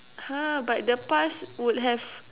!huh! but the past would have